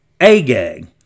Agag